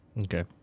Okay